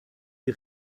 die